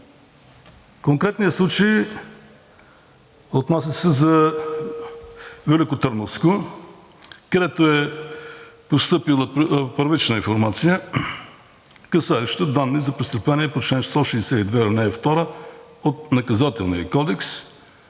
Конкретният случай се отнася за Великотърновско, където е постъпила първична информация, касаеща данни за престъпление по чл. 162, ал. 2 от Наказателния кодекс.